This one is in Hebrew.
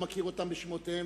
לא מכיר אותם בשמותיהם,